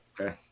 okay